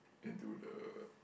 into the